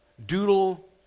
Doodle